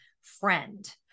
friend